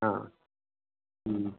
हा हम्म